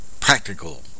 practical